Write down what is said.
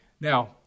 Now